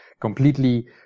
completely